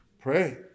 Pray